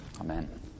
Amen